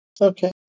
Okay